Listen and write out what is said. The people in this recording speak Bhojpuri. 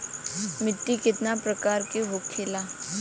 मिट्टी कितने प्रकार के होखेला?